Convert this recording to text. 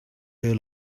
her